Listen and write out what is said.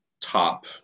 top